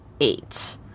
eight